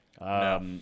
No